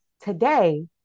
Today